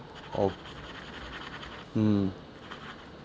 of mm